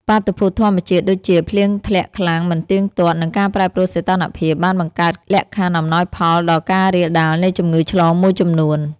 បាតុភូតធម្មជាតិដូចជា ភ្លៀងធ្លាក់ខ្លាំងមិនទៀងទាត់ និងការប្រែប្រួលសីតុណ្ហភាព បានបង្កើតលក្ខខណ្ឌអំណោយផលដល់ការរាលដាលនៃជំងឺឆ្លងមួយចំនួន។